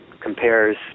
compares